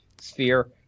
sphere